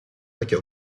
takie